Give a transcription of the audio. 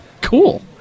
Cool